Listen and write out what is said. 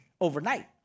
overnight